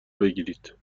بگیرید